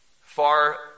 far